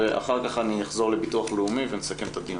אחר כך אחזור לביטוח הלאומי ונסכם את הדיון.